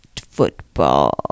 football